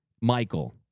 Michael